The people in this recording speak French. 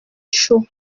chaud